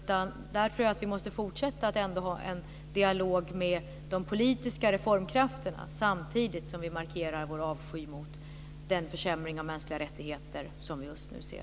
Jag tror att vi måste fortsätta att ha en dialog med de politiska reformkrafterna samtidigt som vi markerar vår avsky mot den försämring av mänskliga rättigheter som vi just nu ser.